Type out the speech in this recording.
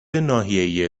ناحیه